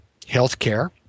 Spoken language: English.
healthcare